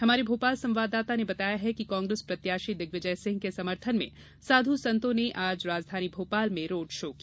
हमारे भोपाल संवाददाता ने बताया है कि कांग्रेस प्रत्याशी दिग्विजय सिंह के समर्थन में साधु संतों ने आज राजधानी भोपाल में रोड शो किया